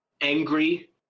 angry